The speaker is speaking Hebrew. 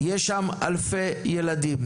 יש שם אלפי ילדים.